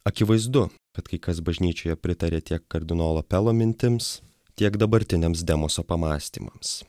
akivaizdu kad kai kas bažnyčioje pritaria tiek kardinolo pelo mintims tiek dabartiniams demoso pamąstymams